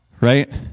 right